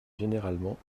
généralement